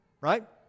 right